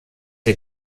der